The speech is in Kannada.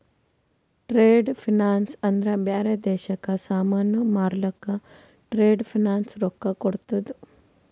ಟ್ರೇಡ್ ಫೈನಾನ್ಸ್ ಅಂದ್ರ ಬ್ಯಾರೆ ದೇಶಕ್ಕ ಸಾಮಾನ್ ಮಾರ್ಲಕ್ ಟ್ರೇಡ್ ಫೈನಾನ್ಸ್ ರೊಕ್ಕಾ ಕೋಡ್ತುದ್